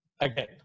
again